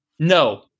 No